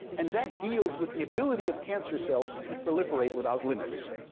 and that deals with the ability of cancer cells to proliferate without limits.